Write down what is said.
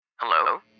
Hello